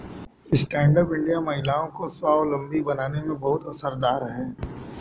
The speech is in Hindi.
स्टैण्ड अप इंडिया महिलाओं को स्वावलम्बी बनाने में बहुत असरदार है